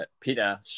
Peter